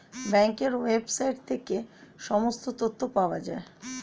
ব্যাঙ্কের ওয়েবসাইট থেকে সমস্ত তথ্য পাওয়া যায়